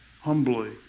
humbly